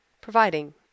providing